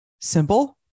simple